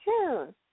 June